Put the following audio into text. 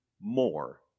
more